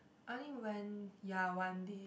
only when ya one day